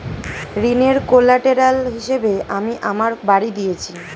ঋনের কোল্যাটেরাল হিসেবে আমি আমার বাড়ি দিয়েছি